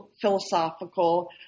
philosophical